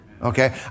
Okay